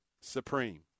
supreme